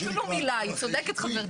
גם אם זה מילה, צודקת חברתי.